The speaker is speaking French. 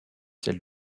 celle